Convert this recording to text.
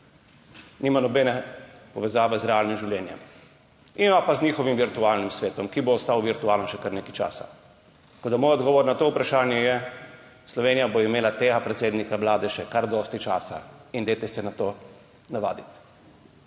nima nobene povezave z realnim življenjem, ima pa z njihovim virtualnim svetom, ki bo ostal virtualen še kar nekaj časa. Tako da moj odgovor na to vprašanje je, Slovenija bo imela tega predsednika Vlade še kar dosti časa in se na to navadite.